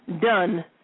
done